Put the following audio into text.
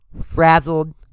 frazzled